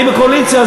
אני בקואליציה,